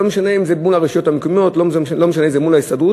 וזה לא משנה אם מול הרשויות המקומיות ולא משנה אם זה מול ההסתדרות,